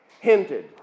hinted